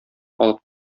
алып